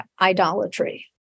idolatry